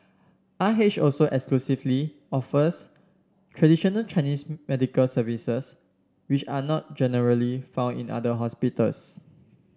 R H also exclusively offers traditional Chinese medical services which are not generally found in other hospitals